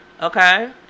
Okay